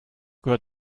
gehört